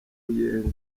ruyenzi